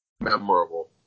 memorable